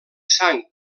sang